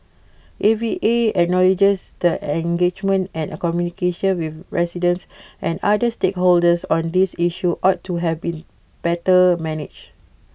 A V A acknowledges that engagement and communication with residents and other stakeholders on this issue ought to have been better manage